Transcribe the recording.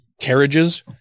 carriages